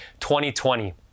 2020